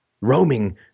roaming